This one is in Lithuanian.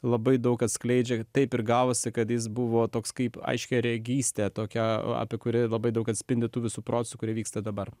labai daug atskleidžia taip ir gavosi kad jis buvo toks kaip aiškiaregystę tokią apie kurią labai daug atspindi tų visų procesų kurie vyksta dabar